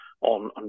on